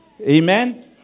Amen